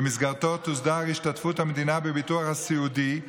שבמסגרתו תוסדר השתתפות המדינה בביטוח הסיעודי.